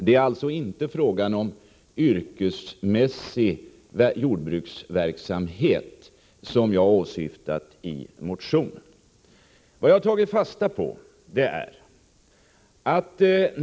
Det är alltså inte yrkesmässig jordbruksverksamhet som jag åsyftat i min motion. Vad jag tagit fasta på är följande.